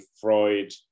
Freud